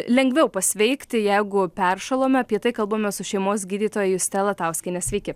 lengviau pasveikti jeigu peršalome apie tai kalbamės su šeimos gydytoja juste latauskiene sveiki